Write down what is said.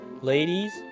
ladies